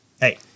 hey